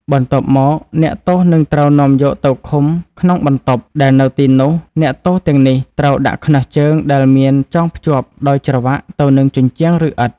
បន្ទាប់មកអ្នកទោសនឹងត្រូវនាំយកទៅឃុំក្នុងបន្ទប់ ដែលនៅទីនោះអ្នកទោសទាំងនេះត្រូវ ដាក់ខ្នោះជើងដែលមានចងភ្ជាប់ដោយច្រវាក់ទៅនឹងជញ្ជាំងឬឥដ្ឋ។